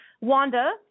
Wanda